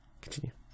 continue